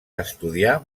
estudiar